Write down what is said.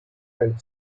and